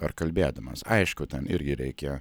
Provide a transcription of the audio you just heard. ar kalbėdamas aišku ten irgi reikia